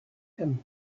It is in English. him